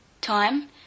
Time